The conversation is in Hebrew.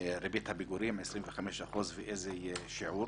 ריבית הפיגורים 25% ואיזה שיעור.